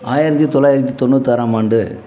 ஆயிரத்து தொள்ளாயிரத்து தொண்ணூற்தோறாம் ஆண்டு